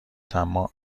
طماع